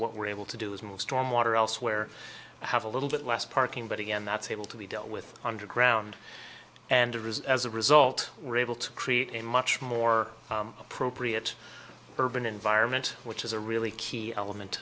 what we're able to do is move stormwater elsewhere have a little bit less parking but again that's able to be dealt with underground and or is as a result we're able to create a much more appropriate urban environment which is a really key element